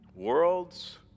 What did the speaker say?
world's